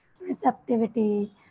receptivity